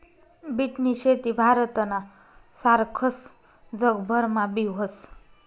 बीटनी शेती भारतना सारखस जगभरमा बी व्हस